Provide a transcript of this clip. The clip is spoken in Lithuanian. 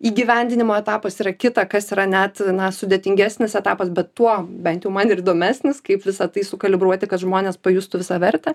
įgyvendinimo etapas yra kita kas yra net na sudėtingesnis etapas bet tuo bent jau man ir įdomesnis kaip visą tai sukalibruoti kad žmonės pajustų visavertę